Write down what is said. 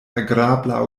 agrabla